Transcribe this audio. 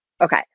Okay